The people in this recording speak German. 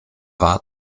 war